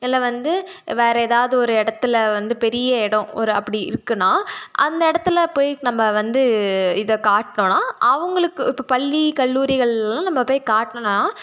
இல்லை வந்து வேறு ஏதாவது ஒரு இடத்துல வந்து பெரிய இடம் ஒரு அப்படி இருக்குதுன்னா அந்த இடத்துல போய் நம்ம வந்து இதை காட்டினோன்னா அவங்களுக்கு இப்போ பள்ளி கல்லூரிகள்லலாம் நம்ம போய் காட்டினோன்னா